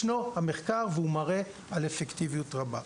ישנו המחקר, והוא מראה על אפקטיביות רבה.